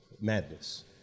Madness